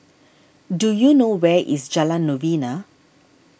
do you know where is Jalan Novena